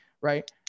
right